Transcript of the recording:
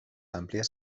amplias